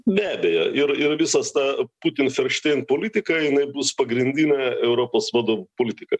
be abejo ir ir viskas ta putin feršėjen politika jinai bus pagrindinė europos vadovų politika